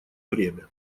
время